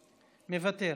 מוותר,